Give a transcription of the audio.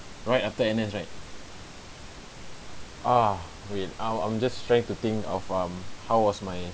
right after N_S right ah wait I'm I'm just try to think of um how was my